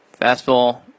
fastball